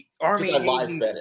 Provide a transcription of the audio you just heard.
Army